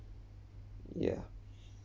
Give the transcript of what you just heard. ya